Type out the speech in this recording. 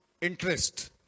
interest